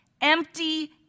empty